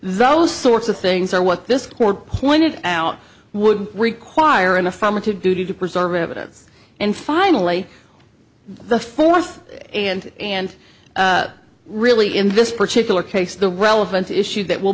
those sorts of things are what this more pointed out would require an affirmative duty to preserve evidence and finally the fourth and and really in this particular case the relevant issues that will